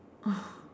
oh